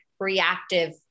Reactive